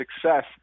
success